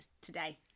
today